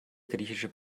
griechische